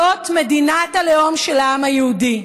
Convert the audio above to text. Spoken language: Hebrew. זאת מדינת הלאום של העם היהודי.